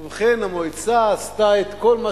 ובכן, המועצה עשתה את כל מה